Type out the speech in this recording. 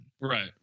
Right